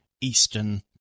Eastern